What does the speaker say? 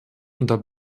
unter